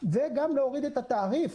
וגם להוריד את התעריף.